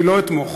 אני לא אתמוך